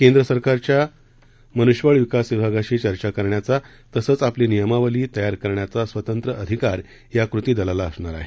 केंद्र सरकारच्या मनुष्य बळ विकास विभागाशी चर्चा करण्याचा तसंच आपली नियमावली तयार करण्याचा स्वतंत्र अधिकार या कृती दलाला असणार आहे